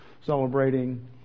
celebrating